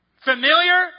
Familiar